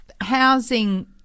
housing